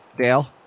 Dale